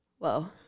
Whoa